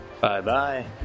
Bye-bye